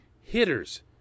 hitters